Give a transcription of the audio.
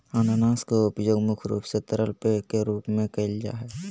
अनानास के उपयोग मुख्य रूप से तरल पेय के रूप में कईल जा हइ